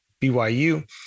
BYU